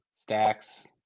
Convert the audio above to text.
stacks